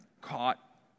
caught